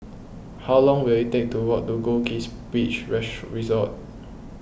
how long will it take to walk to Goldkist Beach Resort